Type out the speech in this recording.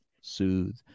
soothe